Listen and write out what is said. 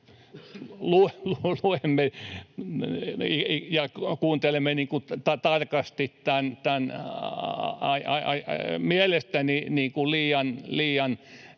luemme ja kuuntelemme tarkasti tämän mielestäni liian